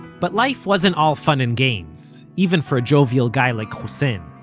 but life wasn't all fun and games, even for a jovial guy like hussein